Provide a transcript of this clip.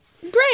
Great